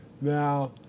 Now